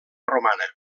romana